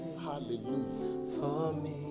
Hallelujah